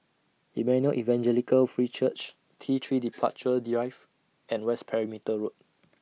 Emmanuel Evangelical Free Church T three Departure Drive and West Perimeter Road